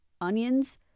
onions